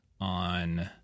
on